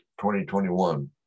2021